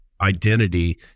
identity